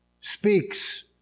speaks